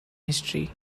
history